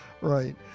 Right